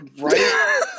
right